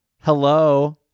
Hello